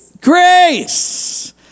Grace